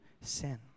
sin